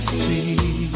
see